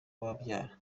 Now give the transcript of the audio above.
babyara